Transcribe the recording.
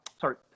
sorry